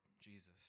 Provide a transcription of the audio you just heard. Jesus